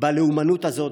בלאומנות הזאת,